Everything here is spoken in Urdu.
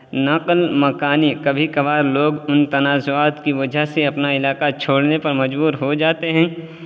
نقل مکانی کبھی کبھار لوگ ان تنازعات کی وجہ سے اپنا علاقہ چھوڑنے پر مجبور ہو جاتے ہیں